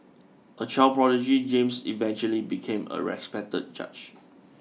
a child prodigy James eventually became a respected judge